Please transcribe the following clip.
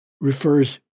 refers